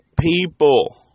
people